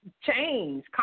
change